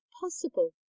possible